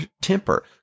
temper